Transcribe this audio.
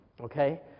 Okay